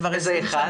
כבר 20 שנים.